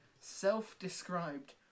self-described